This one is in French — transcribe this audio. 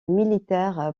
militaire